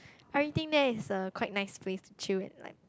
everything there is a quite nice place to chill and like